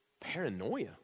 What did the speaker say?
paranoia